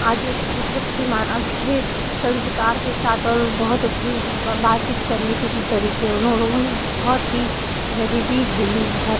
आज एक बहुत सी अच्छे संस्कार के साथ और बहुत अच्छे बातचीत करने के तरीके उन्हो लोगों ने बहुत ही गरीबी झेली है